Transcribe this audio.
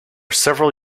several